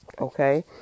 okay